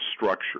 structure